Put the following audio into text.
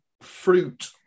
fruit